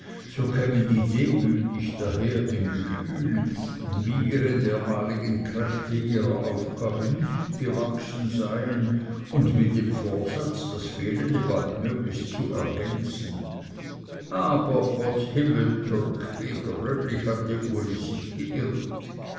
so kämen die demütig daher im gefühl wie ihre dermaligen kräfte ihrer aufgabe nicht gewachsen seien und mit dem vorsatz das fehlende baldmöglichst zu ergänzen aber potz himmeltürk wie gröblich hatte uli sich geirrt